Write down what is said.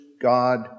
God